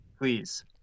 Please